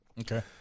Okay